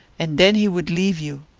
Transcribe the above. and then he would leave you.